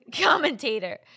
commentator